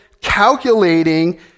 calculating